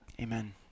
Amen